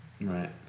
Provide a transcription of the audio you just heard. Right